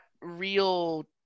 real